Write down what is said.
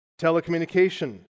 Telecommunication